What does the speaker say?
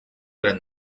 dret